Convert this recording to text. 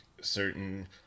certain